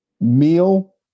meal